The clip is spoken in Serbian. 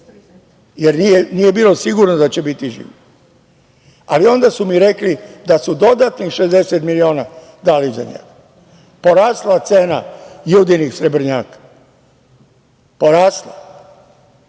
jer nije bio siguran da će biti živ. Onda su mi rekli da su dodatnih 60 miliona dali za njega. Porasla cena Judinih srebrenjaka. Čoveka